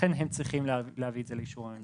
לכן נכון שהם אלה שיביאו את זה לאישור הממשלה.